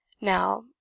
Now